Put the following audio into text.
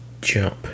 jump